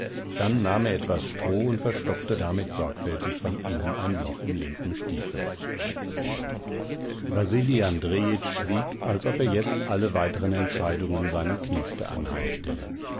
dann nahm er etwas stroh und verstopfte damit sorgfältig von innen ein loch im linken stiefel wasili andrejitsch schwieg als ob er jetzt alle weiteren entscheidungen seinem knechte